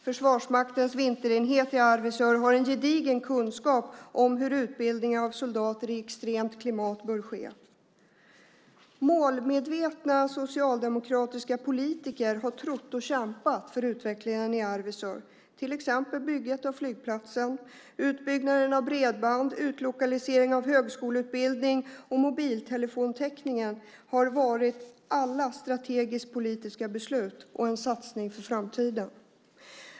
Försvarsmaktens vinterenhet i Arvidsjaur har en gedigen kunskap om hur utbildningen av soldater i extremt klimat bör ske. Målmedvetna socialdemokratiska politiker har trott på och kämpat för utvecklingen i Arvidsjaur. Till exempel har byggandet av flygplatsen, utbyggnaden av bredband, utlokalisering av högskoleutbildning och mobiltelefontäckningen varit allas strategisk-politiska beslut och en satsning för framtiden.